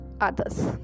others